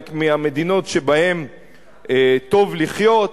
מהמדינות שבהן טוב לחיות.